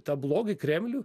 tą blogį kremlių